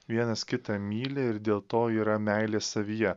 vienas kitą myli ir dėl to yra meilė savyje